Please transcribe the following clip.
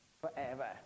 forever